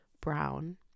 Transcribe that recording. brown